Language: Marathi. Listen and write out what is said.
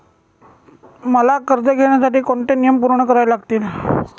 मला कर्ज घेण्यासाठी कोणते नियम पूर्ण करावे लागतील?